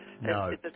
No